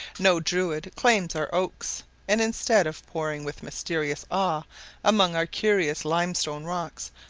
no druid claims our oaks and instead of poring with mysterious awe among our curious limestone rocks,